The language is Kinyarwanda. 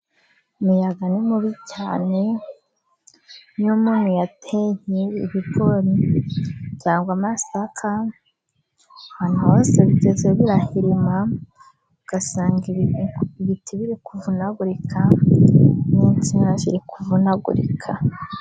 Umuyaga ni mubi cyane, iyo umuntu yateye ibigori cyangwa amasaka, ahantu hose bigeze birahirima, ugasanga ibiti biri kuvunagurika n'insina ziri kuvunagurika.